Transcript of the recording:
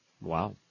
Wow